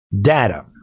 data